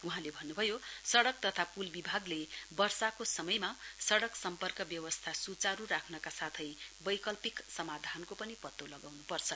वहाँले भन्नुभयो सड़क तथा पुल विभागले वर्षाको समयमा सड़क सम्पर्क व्यवस्था सुचारु राख्नका साथै बैकल्पिक समाधानको पनि पत्तो लगाउनु पर्छ